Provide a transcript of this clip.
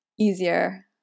easier